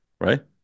right